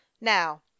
Now